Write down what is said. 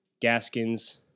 Gaskins